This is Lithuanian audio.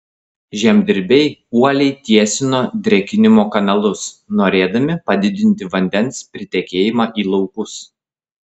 žemdirbiai uoliai tiesino drėkinimo kanalus norėdami padidinti vandens pritekėjimą į laukus